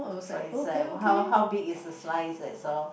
but is like how how big is the slice at all